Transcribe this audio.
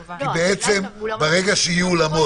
כי ברגע שיהיו אולמות